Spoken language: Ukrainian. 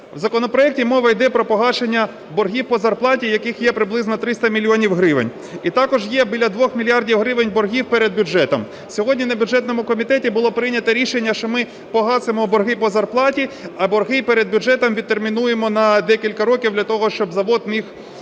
В законопроекті мова іде про погашення боргів по зарплаті, яких є приблизно 300 мільйонів гривень. І також є біля 2 мільярдів гривень боргів перед бюджетом. Сьогодні на бюджетному комітеті було прийнято рішення, що ми погасимо борги по зарплаті, а борги перед бюджетом відтермінуємо на декілька років для того, щоб завод мав